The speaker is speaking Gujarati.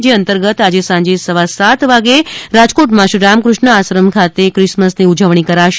જે અતંર્ગત આજે સાંજે સવા સાત વાગે રાજકોટમાં શ્રી રામકૃષ્ણ આશ્રમ ખાતે ક્રિસમસની ઉજવણી કરાશે